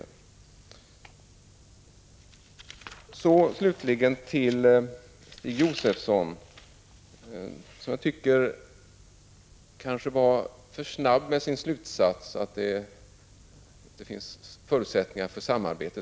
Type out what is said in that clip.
Jag vänder mig slutligen till Stig Josefson, som jag tycker kanske var för snabb med sin slutsats att det inte finns förutsättningar för samarbete.